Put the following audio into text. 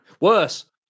worse